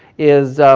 is,